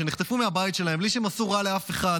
שנחטפו מהבית שלהם בלי שהם עשו רע לאף אחד,